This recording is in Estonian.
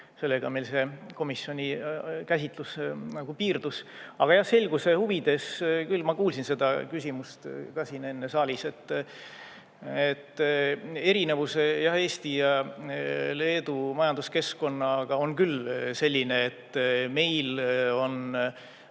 sellega meil see komisjoni käsitlus piirdus. Aga selguse huvides, küll ma kuulsin seda küsimust ka siin enne saalis, erinevus Eesti ja Leedu majanduskeskkonnaga on küll selline, et meil on